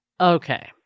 Okay